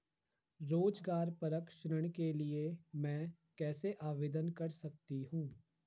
रोज़गार परक ऋण के लिए मैं कैसे आवेदन कर सकतीं हूँ?